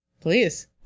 Please